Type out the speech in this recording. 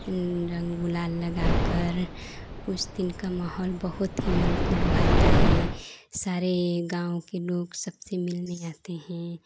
रंग गुलाल लगाकर उस दिन का माहौल बहुत ही मन को लुभाता है सारे गाँव के लोग सबसे मिलने आते हैं